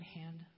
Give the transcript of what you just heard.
hand